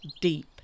deep